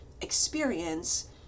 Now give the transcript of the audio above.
experience